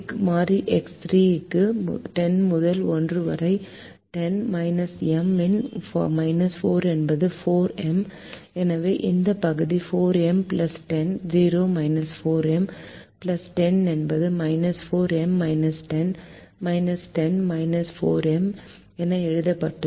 மாறி X3 க்கு 10 முதல் 1 வரை 10 M இன் 4 என்பது 4 எம் எனவே இந்த பகுதி 4 M 10 0 4 M 10 என்பது 4 M 10 10 4 M என எழுதப்பட்டுள்ளது